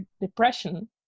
depression